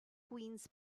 queens